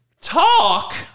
Talk